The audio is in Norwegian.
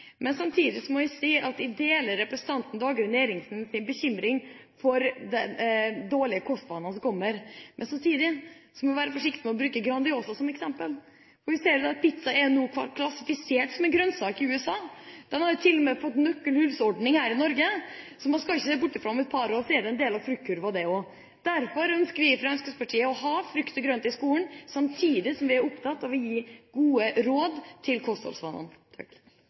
Men jeg deler representanten Dagrun Eriksens bekymring for de dårlige kostvanene som kommer. Samtidig må hun være forsiktig med å bruke Grandiosa som eksempel. For vi ser at pizza nå er klassifisert som en grønnsak i USA, den har til og med fått nøkkelhullordning her i Norge. Så man skal ikke se bort fra at om et par år er det en del av fruktkurven, det også. Vi i Fremskrittspartiet ønsker å ha frukt og grønt i skolen, samtidig som vi er opptatt av å gi gode råd med tanke på kostholdsvanene. Representanten Ketil Solvik-Olsen har hatt ordet to ganger og får ordet til